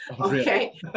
Okay